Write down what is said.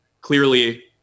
clearly